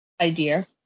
idea